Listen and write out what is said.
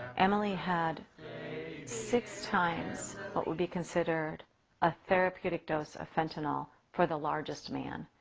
emily had six times what would be considered a therapeutic dose of fentanyl for the largest man.